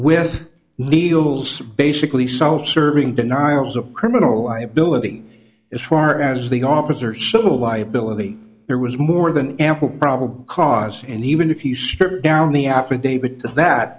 with legals basically self serving denials of criminal liability as far as the officers civil liability there was more than ample probable cause and even if you strip down the affidavit that